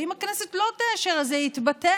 ואם הכנסת לא תאשר אז יתבטל.